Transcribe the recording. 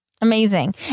Amazing